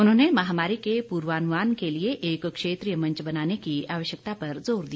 उन्होंने महामारी के पूर्वानुमान के लिए एक क्षेत्रीय मंच बनाने की आवश्यकता पर जोर दिया